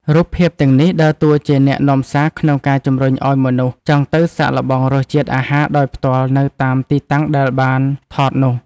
រូបភាពទាំងនេះដើរតួជាអ្នកនាំសារក្នុងការជំរុញឱ្យមនុស្សចង់ទៅសាកល្បងរសជាតិអាហារដោយផ្ទាល់នៅតាមទីតាំងដែលបានថតនោះ។